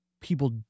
people